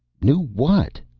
knew what?